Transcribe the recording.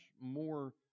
more